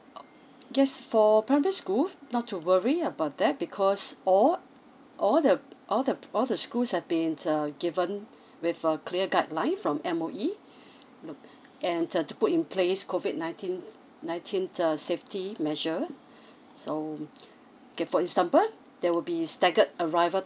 oh guess for primary school not to worry about that because all all the all the all the schools have been uh given with a clear guideline from M_O_E and to put in place COVID nineteen nineteen uh safety measure so and for example there will be staggered arrival